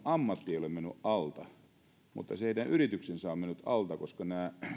ammatti on mennyt alta mutta yritys on mennyt alta koska